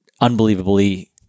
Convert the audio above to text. unbelievably